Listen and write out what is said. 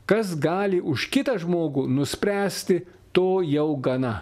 kas gali už kitą žmogų nuspręsti to jau gana